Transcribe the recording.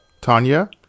Tanya